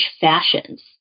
fashions